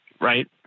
right